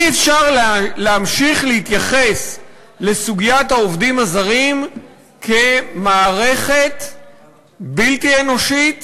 אי-אפשר להמשיך להתייחס לסוגיית העובדים הזרים כמערכת בלתי אנושית